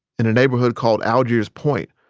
in a neighborhood called algiers point,